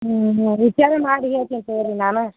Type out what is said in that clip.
ಹ್ಞೂ ಹ್ಞೂ ವಿಚಾರ ಮಾಡಿ ಹೇಳ್ತೇನೆ ತಗೋ ರೀ ನಾನು